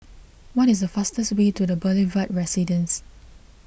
what is the fastest way to the Boulevard Residence